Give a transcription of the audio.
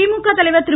திமுக தலைவர் திரு